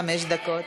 חמש דקות.